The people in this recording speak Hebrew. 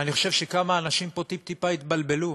אני חושב שכמה אנשים פה טיפ-טיפה התבלבלו.